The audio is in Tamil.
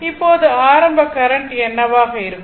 இப்போது ஆரம்ப கரண்ட் என்னவாக இருக்கும்